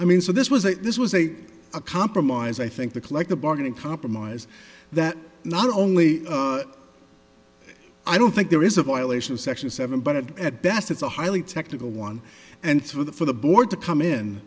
i mean so this was a this was a compromise i think the collective bargaining compromise that not only i don't think there is a violation of section seven but at best it's a highly technical one and through the for the board to come in